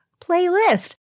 playlist